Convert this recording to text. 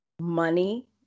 money